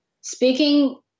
Speaking